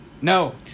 No